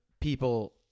people